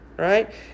Right